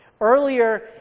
Earlier